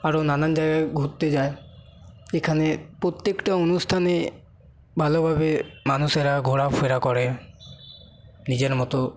আরও নানান জায়গায় ঘুরতে যায় এখানে প্রত্যেকটা অনুষ্ঠানে ভালোভাবে মানুষেরা ঘোরাফেরা করে নিজের মতো